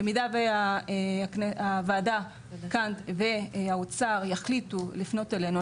במידה והוועדה כאן והאוצר יחליטו לפנות אלינו,